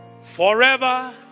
Forever